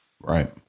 Right